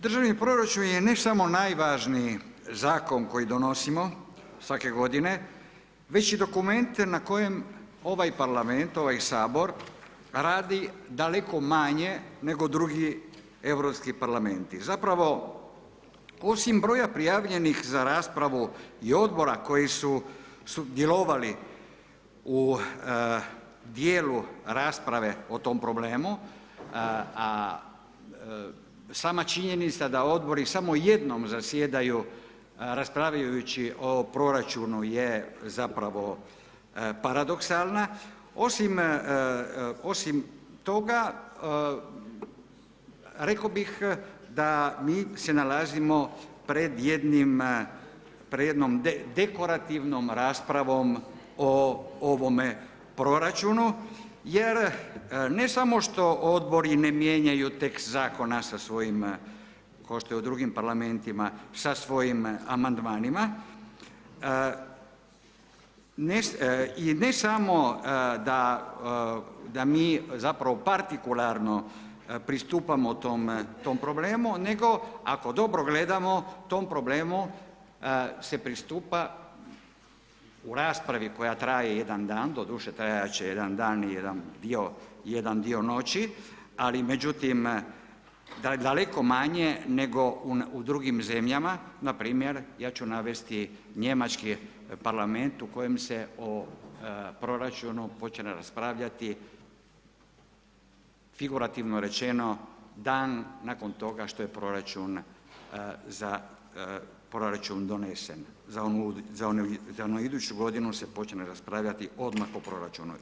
Državni proračun je ne samo najvažniji zakon koji donosimo svake godine već i dokument na kojem ovaj Parlament ovaj Sabor, radi daleko manje nego drugi europski parlamenti, zapravo osim broja prijavljenih za raspravu i Odbora koji su sudjelovali u dijelu rasprave o tom problemu, a sama činjenica da Odbori samo jednom zasjedaju raspravljajući o proračunu je zapravo paradoksalna, osim toga rekao bih da mi se nalazimo pred jednim, pred jednom dekorativnom raspravom o ovom proračun, jer ne samo što Odbori ne mijenjaju tekst zakona sa svojim, kao što je u drugim parlamentima, sa svojim amandmanima, i ne samo da mi zapravo partikularno pristupamo tom problemu, nego ako dobro gledamo, tom problemu se pristupa u raspravi koja traje jedan da, doduše trajat će jedan dan i jedan dio noći, ali međutim, daleko manje nego u drugim zemljama, na primjer ja ću navesti Njemački Parlament u kojem se o proračunu počne raspravljati figurativno rečeno, dan nakon toga što je proračun za proračun donesen, za onu iduću godinu se počne raspravljati odmah po proračunu.